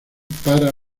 para